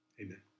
Amen